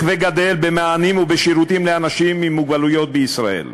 וגדל במענים ובשירותים לאנשים עם מוגבלות בישראל.